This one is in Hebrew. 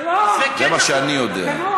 זה מה שאני יודע.